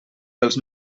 dels